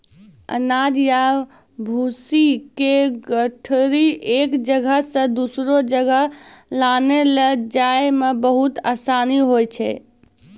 अनाज या भूसी के गठरी एक जगह सॅ दोसरो जगह लानै लै जाय मॅ बहुत आसानी होय छै